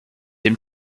dem